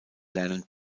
lernen